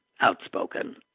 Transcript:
outspoken